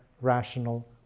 rational